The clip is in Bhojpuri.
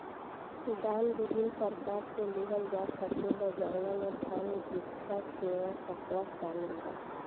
दान विभिन्न प्रकार से लिहल जा सकेला जवना में धन, भिक्षा, सेवा, कपड़ा शामिल बा